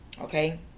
Okay